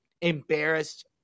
embarrassed